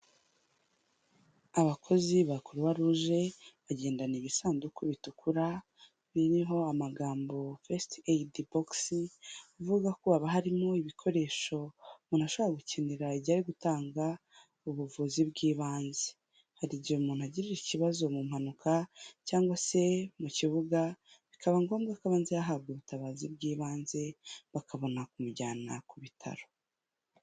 Abakozi ba croix rouge bagendana ibisanduku bitukura biriho amagambo first aid box avugako haba harimo ibikoresho umuntu ashobora gukenera igihe cyo gutanga ubuvuzi bw'ibanze. Hari igihe umuntu agira ikibazo mu mpanuka cyangwa se mu kibuga, bikaba ngombwa ko aba yahabwa ubutabazi bw'ibanze bakabona kumujyana ku bitaro.